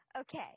Okay